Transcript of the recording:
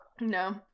No